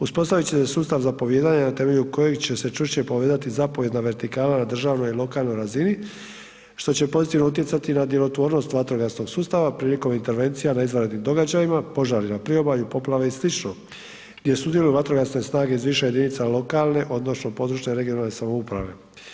Uspostaviti će se sustav zapovijedanja na temelju kojeg će se čvršće povezati zapovjedna vertikala na državnoj i lokalnoj razini što će pozitivno utjecati na djelotvornost vatrogasnog sustava prilikom intervencija na izvanrednim događajima, požari na priobalju, poplave i slično gdje sudjeluju vatrogasne snage iz više jedinica lokalne odnosno područne i regionalne samouprave.